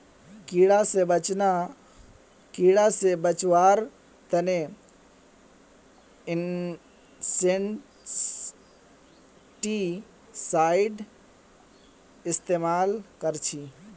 कीड़ा से बचावार तने इंसेक्टिसाइड इस्तेमाल कर छी